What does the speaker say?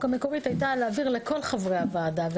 המקורית הייתה להעביר לכל חברי הוועדה.